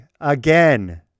again